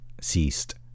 ceased